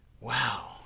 Wow